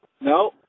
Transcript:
No